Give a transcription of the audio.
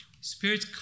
Spirit